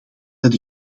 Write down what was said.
dat